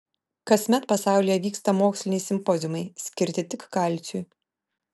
kasmet pasaulyje vyksta moksliniai simpoziumai skirti tik kalciui